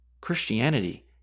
Christianity